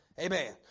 Amen